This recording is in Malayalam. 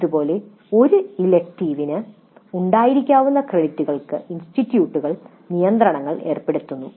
ഇതുപോലെ ഒരു ഇലക്ടീവുകൾക്ക് ഉണ്ടായിരിക്കാവുന്ന ക്രെഡിറ്റുകൾക്ക് ഇൻസ്റ്റിറ്റ്യൂട്ടുകൾ നിയന്ത്രണങ്ങൾ ഏർപ്പെടുത്തുന്നു